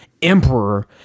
emperor